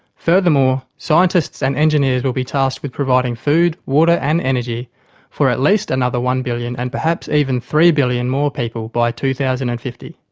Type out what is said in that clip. furthermore, scientists and engineers will be tasked with providing food, water and energy for at least another one billion and perhaps even three billion more people by two thousand and fifty,